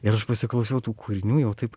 ir aš pasiklausiau tų kūrinių jau taip